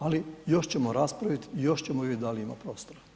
Ali još ćemo raspraviti, još ćemo vidjeti da li ima prostora.